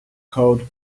code